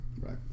Right